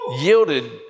yielded